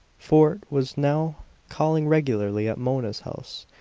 fort was now calling regularly at mona's house,